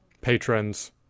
patrons